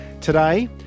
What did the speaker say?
Today